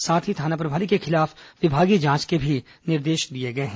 साथ ही थाना प्रभारी के खिलाफ विभागीय जांच के भी निर्देश दिए गए हैं